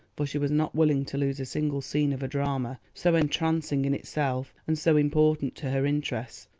for she was not willing to lose a single scene of a drama so entrancing in itself and so important to her interests,